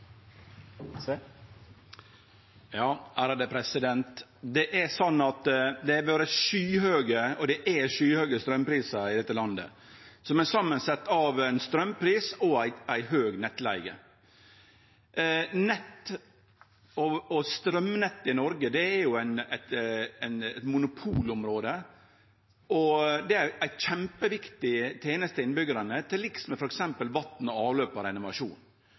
skyhøge straumprisar i landet. Dei er samansette av ein straumpris og ei høg nettleige. Nett og straumnett i Noreg er eit monopolområde, og det er ei kjempeviktig teneste til innbyggjarane, til liks med f.eks. vatn og avløp og